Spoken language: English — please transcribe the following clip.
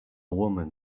woman